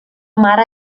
mare